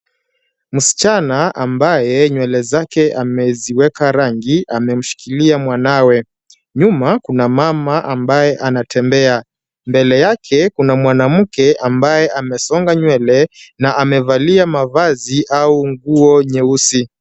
Msichana ambaye nywele zake ameziweka rangi amemshikilia mwanawe. Nyuma kuna mama ambaye anatembea. Mbele yake kuna mwanamke ambaye amesonga nywele na amevalia mavazi au nguo nyeusi.